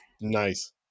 nice